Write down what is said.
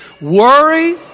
Worry